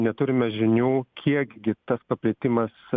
neturime žinių kiek gi tas paplitimas